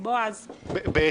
בועז, בבקשה.